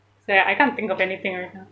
sorry I can't think of anything right now